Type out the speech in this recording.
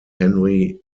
henry